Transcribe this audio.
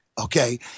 okay